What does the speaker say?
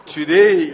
Today